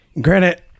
Granted